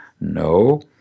No